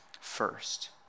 first